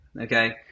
Okay